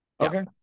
Okay